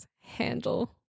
handle